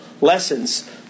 lessons